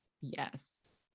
Yes